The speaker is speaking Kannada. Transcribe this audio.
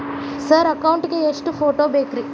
ಸರ್ ಅಕೌಂಟ್ ಗೇ ಎಷ್ಟು ಫೋಟೋ ಬೇಕ್ರಿ?